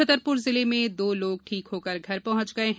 छतरपुर जिले में दो लोग ठीक होकर घर पहुंच गये हैं